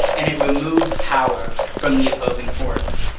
and it removes power from the opposing force.